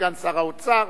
סגן שר האוצר,